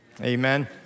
Amen